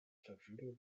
verfügen